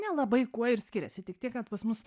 nelabai kuo ir skiriasi tik tiek kad pas mus